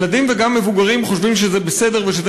ילדים וגם מבוגרים חושבים שזה בסדר ושזה